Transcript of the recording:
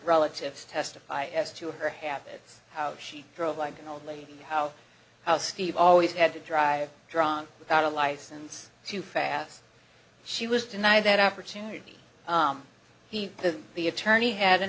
relatives testify as to her habits how she drove like an old lady out how steve always had to drive drunk without a license to fast she was denied that opportunity he has the attorney had an